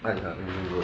那里很 ulu 的